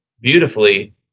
beautifully